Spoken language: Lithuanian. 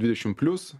dvidešim plius